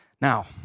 Now